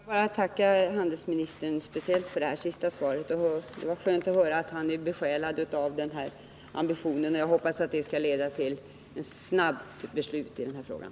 Herr talman! Får jag tacka handelsministern speciellt för det sista svaret. Det var skönt att höra att han är besjälad av den här ambitionen . Jag hoppas att det skall leda till ett snabbt beslut i den här frågan.